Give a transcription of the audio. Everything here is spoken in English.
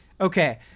Okay